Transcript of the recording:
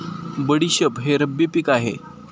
बडीशेप हे रब्बी पिक आहे